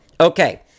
Okay